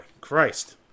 Christ